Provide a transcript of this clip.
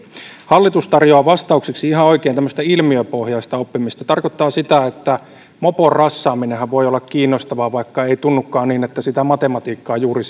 hallitus tarjoaa vastaukseksi ihan oikein tämmöistä ilmiöpohjaista oppimista se tarkoittaa sitä että mopon rassaaminenhan voi olla kiinnostavaa vaikka ei tunnukaan siltä että sitä matematiikkaa juuri